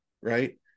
right